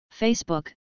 Facebook